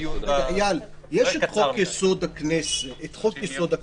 איל, יש את חוק יסוד: הממשלה,